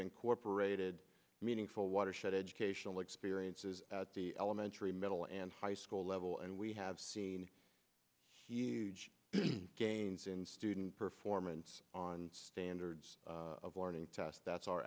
incorporated meaningful watershed educational experiences at the elementary middle and high school level and we have seen huge gains in student performance on standards of learning test that's our